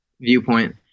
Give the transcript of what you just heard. viewpoint